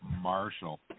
Marshall